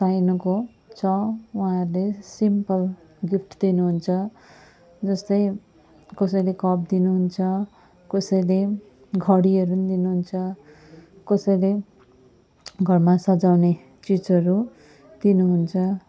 साइनोको छ उहाँहरूले simple gift दिनु हुन्छ जस्तै कसैले कप दिनु हुन्छ कसैले घडीहरू दिनु हुन्छ कसैले घरमा सजाउने चिजहरू दिनु हुन्छ